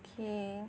okay